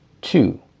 Two